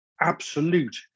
absolute